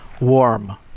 Warm